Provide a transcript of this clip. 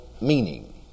meaning